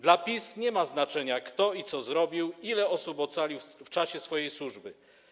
Dla PiS nie ma znaczenia, kto i co zrobił, ile osób ocalił w czasie swojej służby.